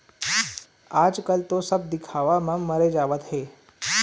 आजकल तो सब दिखावा म मरे जावत हें